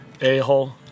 a-hole